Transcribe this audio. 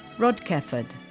rod kefford